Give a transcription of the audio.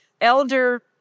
elder